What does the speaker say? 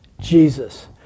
Jesus